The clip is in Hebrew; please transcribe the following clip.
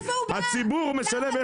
הציבור משלם,